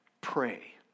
pray